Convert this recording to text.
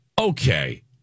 Okay